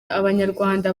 abanyarwanda